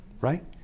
Right